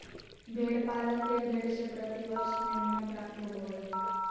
भेड़ पालक के भेड़ से प्रति वर्ष मेमना प्राप्त होबो हइ